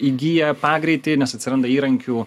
įgyja pagreitį nes atsiranda įrankių